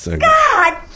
God